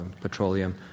petroleum